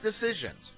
decisions